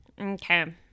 Okay